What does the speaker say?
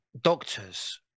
doctors